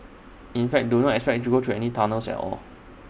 in fact do not expect to go through any tunnels at all